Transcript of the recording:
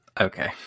okay